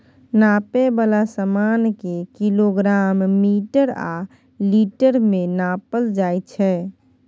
नापै बला समान केँ किलोग्राम, मीटर आ लीटर मे नापल जाइ छै